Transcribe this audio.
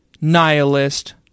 nihilist